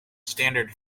standard